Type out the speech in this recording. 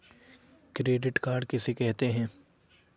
Credit card किसे कहते हैं?